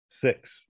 six